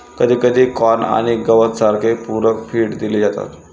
कधीकधी कॉर्न आणि गवत सारखे पूरक फीड दिले जातात